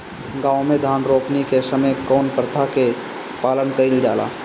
गाँव मे धान रोपनी के समय कउन प्रथा के पालन कइल जाला?